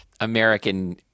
American